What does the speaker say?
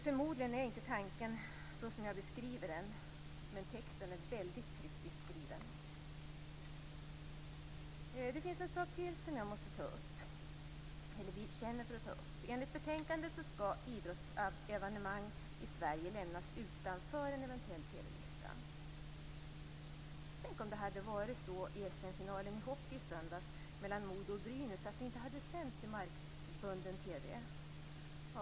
Förmodligen är inte tanken såsom jag beskriver den, men texten är väldigt kryptiskt skriven. Det finns en sak till som jag känner för att ta upp. Enligt betänkandet skall idrottsevenemang i Sverige lämnas utanför en eventuell TV-lista. Tänk om det hade varit så att SM-finalen i ishockey i söndags mellan Mo-Do och Brynäs inte hade sänts i markbunden TV!